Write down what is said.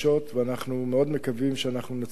ואנחנו מאוד מקווים שאנחנו נצליח